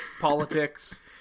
politics